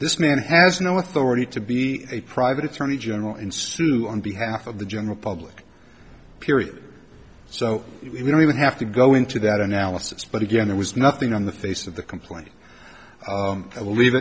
this man has no authority to be a private attorney general and so on behalf of the general public period so we don't even have to go into that analysis but again there was nothing on the face of the complaint